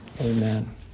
Amen